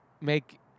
make